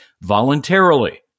voluntarily